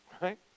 Right